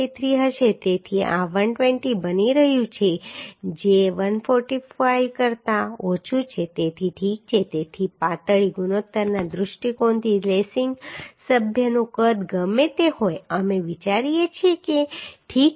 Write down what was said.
73 હશે તેથી આ 120 બની રહ્યું છે જે 145 કરતા ઓછું છે તેથી ઠીક છે તેથી પાતળી ગુણોત્તરના દૃષ્ટિકોણથી લેસિંગ સભ્યનું કદ ગમે તે હોય અમે વિચારીએ છીએ કે ઠીક છે